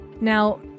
Now